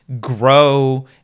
grow